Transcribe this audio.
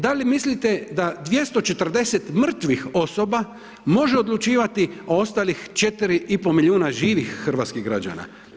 Da li mislite da 240 mrtvih osoba može odlučivati o ostalih 4 i pol milijuna živih hrvatskih građana?